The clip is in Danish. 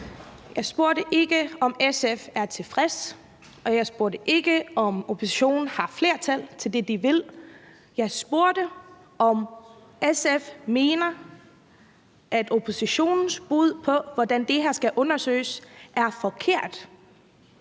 Jeg spurgte ikke, om SF er tilfreds, og jeg spurgte ikke, om oppositionen har flertal til det, de vil, men jeg spurgte, om SF mener, at oppositionens bud på, hvordan det her skal undersøges, er forkert.